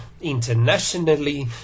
internationally